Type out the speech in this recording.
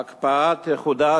ההקפאה תחודש,